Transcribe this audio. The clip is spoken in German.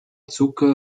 zucker